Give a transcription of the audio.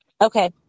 Okay